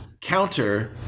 counter